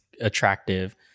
attractive